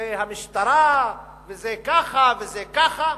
זה המשטרה וזה ככה וזה ככה.